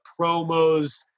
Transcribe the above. promos